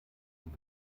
den